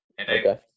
okay